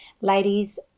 Ladies